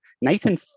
Nathan